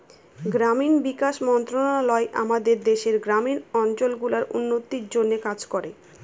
গ্রামীণ বিকাশ মন্ত্রণালয় আমাদের দেশের গ্রামীণ অঞ্চল গুলার উন্নতির জন্যে কাজ করে